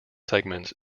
segments